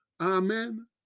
amen